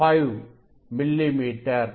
5 millimetre